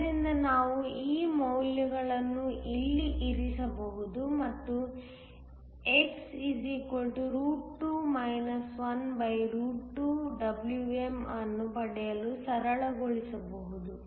ಆದ್ದರಿಂದ ನಾವು ಈ ಮೌಲ್ಯಗಳನ್ನು ಇಲ್ಲಿ ಇರಿಸಬಹುದು ಮತ್ತುx 2 12 Wm ಅನ್ನು ಪಡೆಯಲು ಸರಳಗೊಳಿಸಬಹುದು